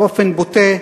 באופן בוטה.